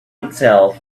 itself